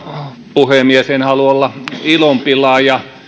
puhemies en halua olla ilonpilaaja